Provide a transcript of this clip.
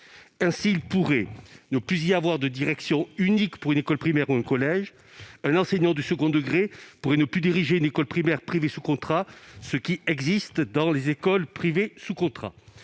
Ainsi, il pourrait ne plus y avoir de direction unique pour une école primaire ou un collège. Un enseignant du second degré pourrait ne plus pouvoir diriger une école primaire privée sous contrat, ce qui existe dans les écoles privées sous contrat.